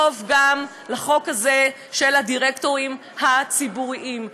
גם לחוק הזה של הדירקטורים הציבוריים.